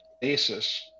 basis